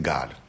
God